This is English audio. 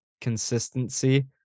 consistency